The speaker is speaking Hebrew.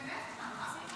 באמת?